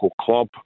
club